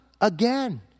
again